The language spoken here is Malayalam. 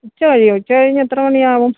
ഉച്ചകഴിയുമോ ഉച്ചകഴിഞ്ഞ് എത്രമണിയാവും